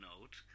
note